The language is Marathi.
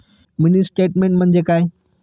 मिनी स्टेटमेन्ट म्हणजे काय?